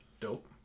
dope